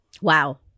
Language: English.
Wow